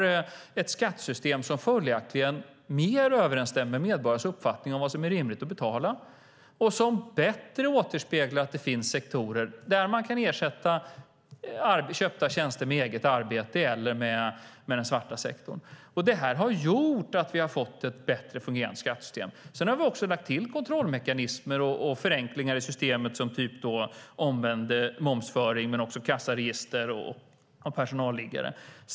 Vi har ett skattesystem som följaktligen mer överensstämmer med medborgarnas uppfattning om vad som är rimligt att betala och som bättre återspeglar att det finns sektorer där man kan ersätta köpta tjänster med eget arbete eller med den svarta sektorn. Det här har gjort att vi har fått ett bättre fungerande skattesystem. Sedan har vi också lagt till kontrollmekanismer och förenklingar i systemet, som till exempel omvänd momsföring men också kassaregister och personalliggare.